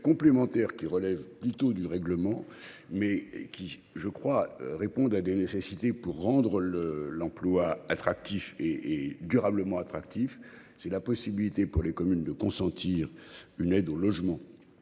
complémentaire qui relève plutôt du règlement mais qui je crois répondent à des nécessités pour rendre le l'emploi attractif et et durablement attractif. C'est la possibilité pour les communes de consentir une aide au logement.